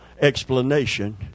explanation